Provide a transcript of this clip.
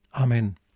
Amen